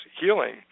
healing